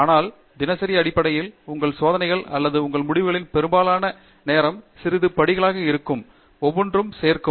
ஆனால் தினசரி அடிப்படையில் உங்கள் சோதனைகள் அல்லது உங்கள் முடிவுகளின் பெரும்பாலான நேரம் சிறிய படிகளாக இருக்கும் ஒவ்வொன்றும் சேர்க்கும்